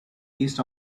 east